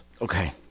Okay